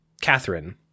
Catherine